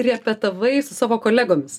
repetavai su savo kolegomis